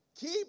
Keep